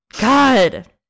God